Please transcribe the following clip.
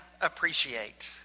appreciate